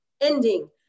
ending